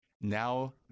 Now